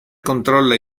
controlla